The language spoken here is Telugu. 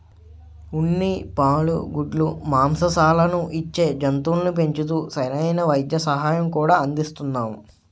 ఉన్ని, పాలు, గుడ్లు, మాంససాలను ఇచ్చే జంతువుల్ని పెంచుతూ సరైన వైద్య సహాయం కూడా అందిస్తున్నాము